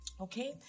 Okay